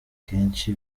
kenshi